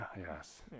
yes